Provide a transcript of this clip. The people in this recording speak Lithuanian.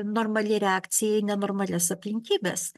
normali reakcija į nenormalias aplinkybes